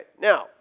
now